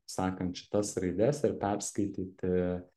sakant šitas raides ir perskaityti